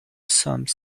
some